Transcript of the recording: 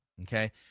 Okay